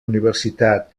universitat